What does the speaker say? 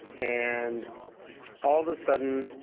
and all of a sudden,